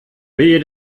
wehe